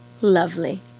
lovely